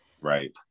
Right